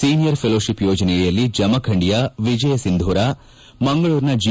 senior fellowship ಯೋಜನೆಯಡಿಯಲ್ಲಿ ಜಮಖಂಡಿಯ ವಿಜಯ ಸಿಂಧೂರ ಮಂಗಳೂರಿನ ಜಿ